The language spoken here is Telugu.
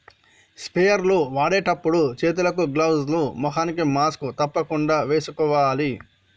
స్ప్రేయర్ లు వాడేటప్పుడు చేతులకు గ్లౌజ్ లు, ముఖానికి మాస్క్ తప్పకుండా వేసుకోవాలి